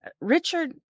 Richard